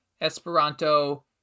Esperanto